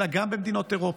אלא גם במדינות אירופה,